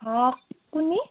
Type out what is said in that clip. অঁ কোনে